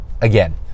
again